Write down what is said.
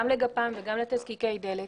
גם לגפ"ם וגם לתזקיקי דלק.